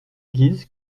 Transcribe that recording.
guise